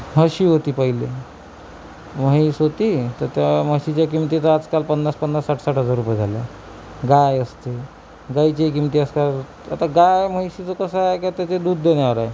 म्हशी होती पहिले म्हैस होती तर त्या म्हशीच्या किमती आता आजकाल पन्नासपन्नास साठसाठ हजार रुपये झाल्या गाय असते गायीच्याही किमती आजकाल आता गाय म्हैशीचं कसं आहे का ते दूध देण्यावर आहे